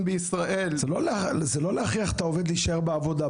זה לא להכריח את העובד להישאר בעבודה,